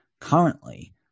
currently